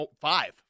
five